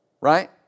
Right